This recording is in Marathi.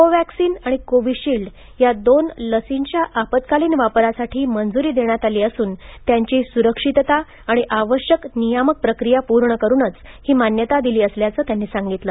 कोव्हॅक्सीन आणि कोविशिल्ड या दोन लसींच्या आपत्कालीन वापरासाठी मंजुरी देण्यात आली असून त्यांची सुरक्षितता आणि आवश्यक नियामक प्रक्रिया पूर्ण करूनच ही मान्यता दिली असल्याचं त्यांनी सागितलं